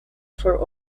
for